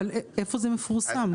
אבל איפה זה מפורסם?